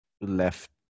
left